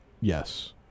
yes